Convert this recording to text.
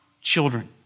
children